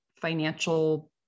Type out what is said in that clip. financial